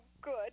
good